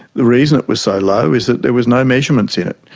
the reason it was so low is that there was no measurements in it,